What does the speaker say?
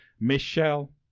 Michelle